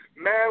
man